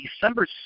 December